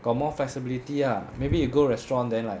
got more flexibility ah maybe you go restaurant then like